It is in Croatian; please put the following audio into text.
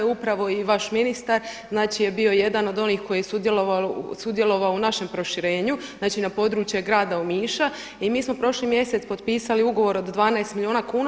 Upravo i vaš ministar znači je bio jedan od onih koji je sudjelovao u našem proširenju, znači na području Grada Omiša i mi smo prošli mjesec potpisali ugovor od 12 milijuna kuna.